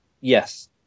Yes